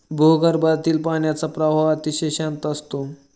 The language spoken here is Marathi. भूगर्भातील पाण्याचा प्रवाह अतिशय शांत असतो